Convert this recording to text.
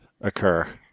occur